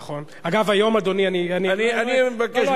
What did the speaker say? אגב, היום, אדוני, אני מבקש ממך.